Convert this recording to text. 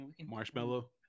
Marshmallow